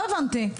לא הבנתי.